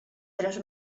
tres